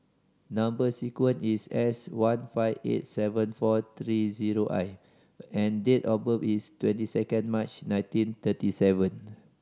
number sequence is S one five eight seven four three zero I and date of birth is twenty second March nineteen thirty seven